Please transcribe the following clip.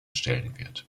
stellenwert